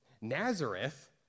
Nazareth